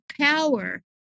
power